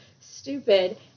stupid